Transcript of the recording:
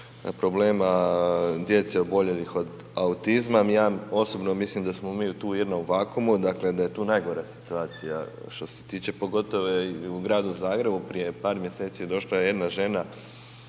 problema djece oboljelih od autizma. Ja osobno mislim da smo mi tu u jednom vakumu, dakle, da je tu najgora situacija što se tiče, pogotovo je i u Gradu Zagrebu, prije par mjeseci došla je jedna žena,